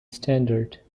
standard